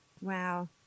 wow